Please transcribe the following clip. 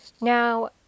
Now